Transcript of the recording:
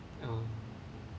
ah